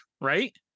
right